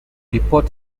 report